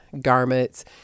garments